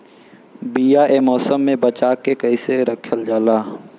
बीया ए मौसम में बचा के कइसे रखल जा?